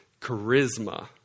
charisma